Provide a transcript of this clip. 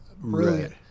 brilliant